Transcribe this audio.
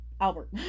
Albert